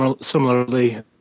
similarly